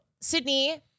Sydney